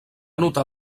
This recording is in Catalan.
notar